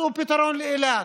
מצאו פתרון לאילת,